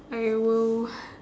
I will